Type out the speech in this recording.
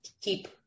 keep